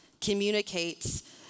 communicates